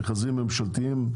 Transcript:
במכרזים ממשלתיים,